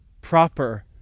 proper